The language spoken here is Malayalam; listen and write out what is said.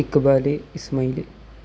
ഇക്ബാല് ഇസ്മൈല്